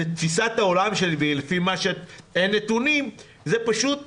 לתפיסת העולם שלי, ולפי הנתונים, הם פשוט אפס,